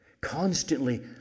constantly